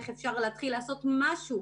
איך אפשר להתחיל לעשות משהו.